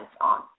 on